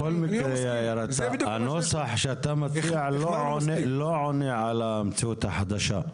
בכל מקרה הנוסח שאתה מציע לא עונה על המציאות החדשה.